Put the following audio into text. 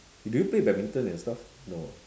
do you play badminton and stuff no ah